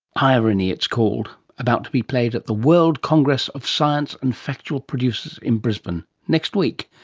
irony it's called, about to be played at the world congress of science and factual producers in brisbane next week.